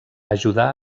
ajudar